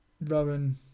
Rowan